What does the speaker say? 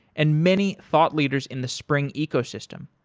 and many thought leaders in the spring ecosystem.